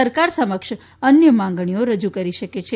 સરકાર સમક્ષ અન્ય માગણીઓ રજૂ કરી શકે છે